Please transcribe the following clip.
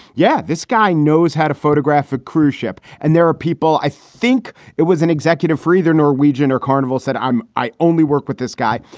yeah. this guy knows how to photograph a cruise ship. and there are people i think it was an executive for either norwegian or carnival said i'm i only work with this guy.